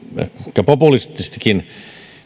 ehkä populististakin